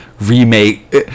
remake